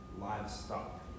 livestock